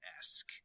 esque